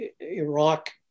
Iraq